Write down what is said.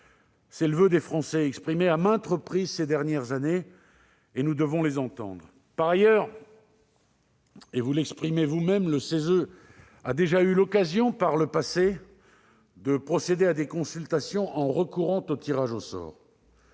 C'est le voeu des Français, exprimé à maintes reprises ces dernières années. Nous devons les entendre. Par ailleurs, et la commission l'a elle-même mentionné, le CESE a déjà eu l'occasion par le passé de procéder à des consultations, en recourant au tirage au sort.